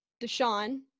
Deshaun